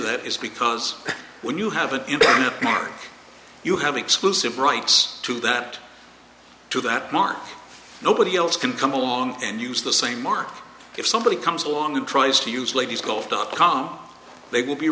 that is because when you have an internet mark you have exclusive rights to that to that mark nobody else can come along and use the same mark if somebody comes along and tries to use ladies gold dot com they will be